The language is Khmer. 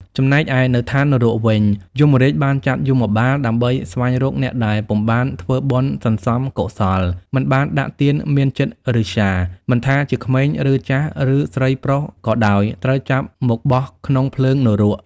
ចំណែកឯនៅថាននរកវិញ យមរាជបានចាត់យមបាល ដើម្បីស្វែងរកអ្នកដែលពុំបានធ្វើបុណ្យសន្សំកុសល មិនបានដាក់ទានមានចិត្តឬស្យា មិនថាជាក្មេងឬចាស់ឬស្រីប្រុសក៏ដោយត្រូវចាប់មកបោះក្នុងភ្លើងនរក។